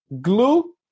glue